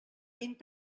vint